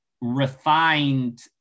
refined